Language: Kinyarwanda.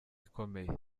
ikomeye